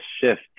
shift